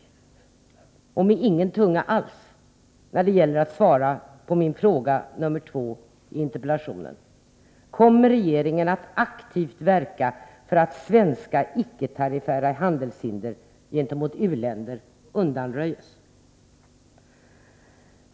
Och han talar så att säga med ingen tunga alls när det gäller att svara på fråga 2 i min interpellation: Kommer regeringen att aktivt verka för att svenska icke tariffära handelshinder gentemot u-länder undanröjs?